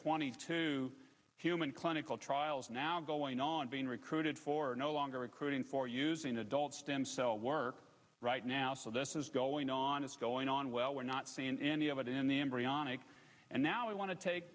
twenty two human clinical trials now going on being recruited for no longer recruiting for using adult stem cell work right now so this is going on it's going on well we're not seeing any of it in the embryonic and now i want to take